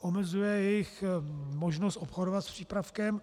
Omezuje jejich možnost obchodovat s přípravkem.